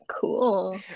cool